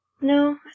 no